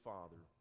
Father